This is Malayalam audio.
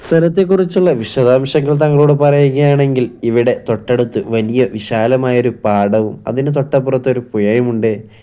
സ്ഥലത്തെ കുറിച്ചുള്ള വിശദാംശങ്ങൾ താങ്കളോട് പറയുകയാണെങ്കിൽ ഇവിടെ തൊട്ടടുത്ത് വലിയ വിശാലമായൊരു പാടവും അതിന് തൊട്ട് അപ്പുറത്ത് ഒരു പുഴയുമുണ്ട്